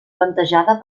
plantejada